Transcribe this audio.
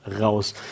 raus